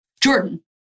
Jordan